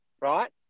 right